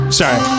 sorry